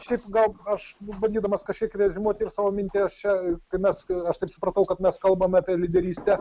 šiaip gal aš bandydamas kažkiek reziumuoti ir savo mintis čia nes aš taip supratau kad mes kalbame apie lyderystę